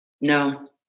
No